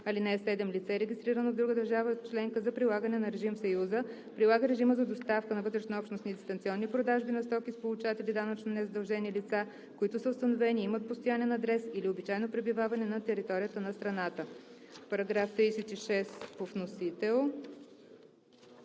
режим. (7) Лице, регистрирано в друга държава членка за прилагане на режим в Съюза, прилага режима за доставки на вътреобщностни дистанционни продажби на стоки с получатели данъчно незадължени лица, които са установени, имат постоянен адрес или обичайно пребиваване на територията на страната.“ По § 36 има